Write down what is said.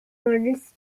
models